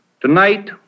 Tonight